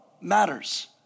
matters